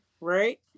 Right